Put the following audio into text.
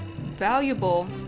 valuable